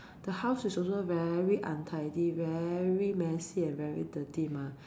the house is also very untidy very messy and very dirty mah